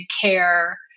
care